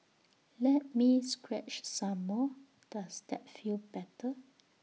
let me scratch some more does that feel better